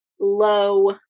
low